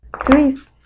please